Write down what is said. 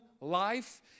life